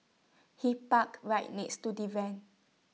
he parked right next to the van